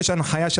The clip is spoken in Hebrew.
יש הנחיה של